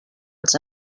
als